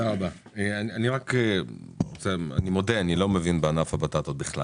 אני מודה, שאני בכלל לא מבין בענף הבטטות.